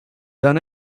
done